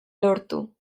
lortu